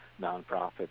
nonprofit